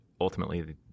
ultimately